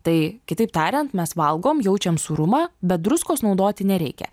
tai kitaip tariant mes valgom jaučiam sūrumą bet druskos naudoti nereikia